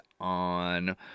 on